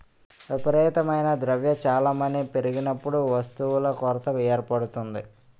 విపరీతమైన ద్రవ్య చలామణి పెరిగినప్పుడు వస్తువుల కొరత ఏర్పడుతుంది